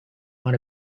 want